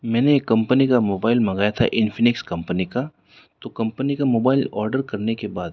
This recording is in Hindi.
मैंने एक कंपनी का मोबाइल मंगाया था इंफिनिक्स कंपनी का तो कंपनी का मोबाइल ऑडर करने के बाद